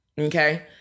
Okay